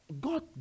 God